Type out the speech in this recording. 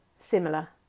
similar